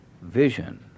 vision